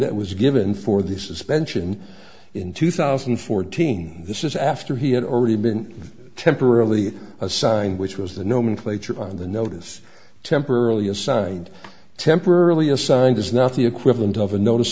that was given for the suspension in two thousand and fourteen this is after he had already been temporarily assigned which was the nomenclature on the notice temporarily assigned temporarily assigned as not the equivalent of a notice